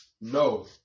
No